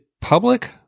public